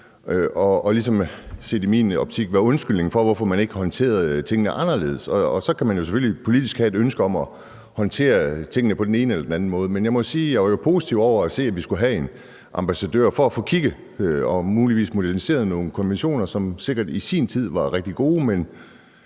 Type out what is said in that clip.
blevet brugt som en undskyldning for, at man ikke har håndteret tingene anderledes. Så kan man selvfølgelig politisk have et ønske om at håndtere tingene på den ene eller den anden måde. Men jeg må sige, at jeg syntes, at det var positivt, at vi skulle have en ambassadør for at få kigget på det og muligvis få moderniseret nogle konventioner, som sikkert i sin tid var rigtig gode,